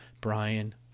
Brian